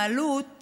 את ההתנהלות